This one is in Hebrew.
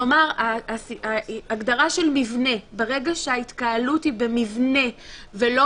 ההגדרה של מבנה - ברגע שההתקהלות היא במבנה ולא